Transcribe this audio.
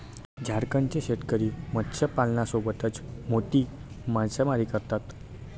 झारखंडचे शेतकरी मत्स्यपालनासोबतच मोती मासेमारी करतात